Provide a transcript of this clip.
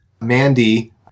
Mandy